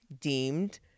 deemed